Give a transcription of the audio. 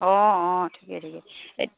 অঁ অঁ ঠিকে ঠিকে এ